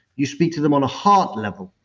you speak to them on a heart level.